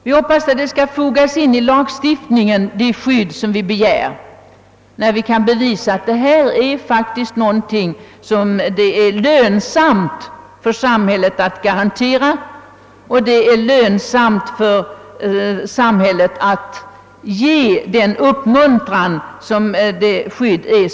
Vi hoppas också att då vi kan bevisa att en hjälpåtgärd är lönsam för samhället och vi begär att den skall garanteras i lagstiftningen, detta också sker.